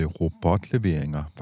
robotleveringer